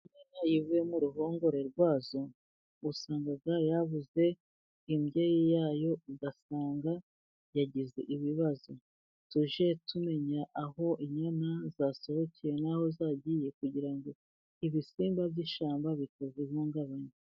Inyana ivuye mu ruhongore rwazo, usanga yabuze imbyeyi yayo, ugasanga yagize ibibazo, soje tumenya aho inyana zasohokeye n'aho zagiye, kugira ngo ibisimba by'ishyamba bikorwe ihungabanye.